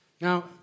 Now